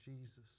Jesus